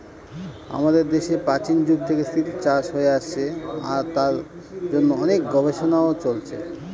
আমাদের দেশে প্রাচীন যুগ থেকে সিল্ক চাষ হয়ে আসছে আর তার জন্য অনেক গবেষণাও চলছে